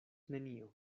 nenio